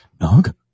Nog